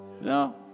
No